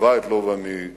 שליווה את לובה מנערותו,